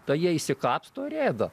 tai jie išsikapsto ir ėda